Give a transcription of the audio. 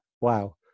Wow